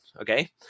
Okay